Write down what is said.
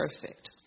perfect